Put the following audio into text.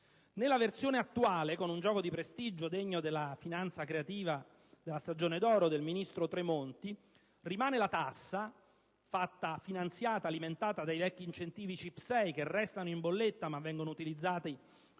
Nella versione attuale, con un gioco di prestigio degno della finanza creativa della stagione d'oro del ministro Tremonti, rimane la tassa alimentata dai vecchi incentivi CIP6, che restano in bolletta ma che vengono utilizzati